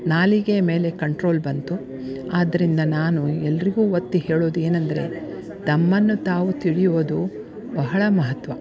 ನಾಲಿಗೆ ಮೇಲೆ ಕಂಟ್ರೋಲ್ ಬಂತು ಆದ್ದರಿಂದ ನಾನು ಎಲ್ಲರಿಗೂ ಒತ್ತಿ ಹೇಳುದು ಏನಂದರೆ ತಮ್ಮನ್ನು ತಾವು ತಿಳಿಯುವುದು ಬಹಳ ಮಹತ್ವ